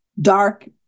dark